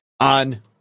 on